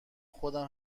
خودم